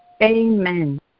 amen